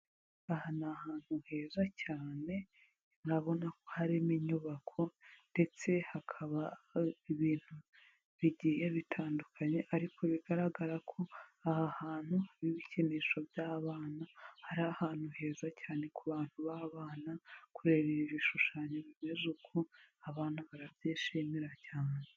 Aha ni ahantu heza cyane, nabona ko harimo inyubako, ndetse hakaba hari ibintu bigiye bitandukanye, ariko bigaragara ko aha hantu hari ibikinisho by'abana, ari ahantu heza cyane ku bantu ba bana, kureba ibi bishushanyo bimeze uku, abana barabyishimira cyane.